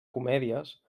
comèdies